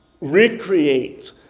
recreate